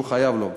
שהוא חייב לו.